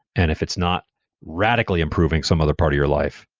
and if it's not radically improving some other part or your life,